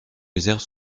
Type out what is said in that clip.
réserve